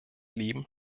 leben